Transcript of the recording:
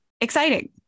exciting